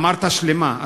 אמרת שלמה.